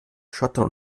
schottland